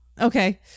Okay